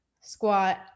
squat